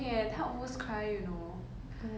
no 真的是我的 friend send 到